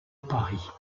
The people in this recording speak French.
paris